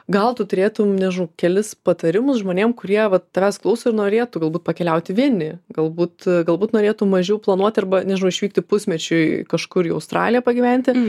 gal tu turėtum nežinau kelis patarimus žmonėm kurie va tavęs klauso ir norėtų galbūt pakeliauti vieni galbūt galbūt norėtų mažiau planuoti arba nežinau išvykti pusmečiui kažkur į australiją pagyventi